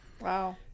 Wow